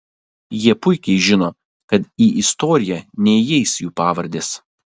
jie puikiai žino kad į istoriją neįeis jų pavardės